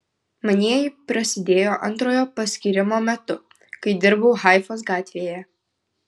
manieji prasidėjo antrojo paskyrimo metu kai dirbau haifos gatvėje